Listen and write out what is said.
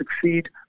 succeed